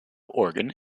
organ